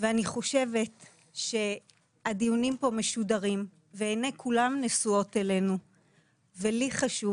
ואני חושבת שהדיונים פה משודרים ועיני כולם נשואות אלינו ולי חשוב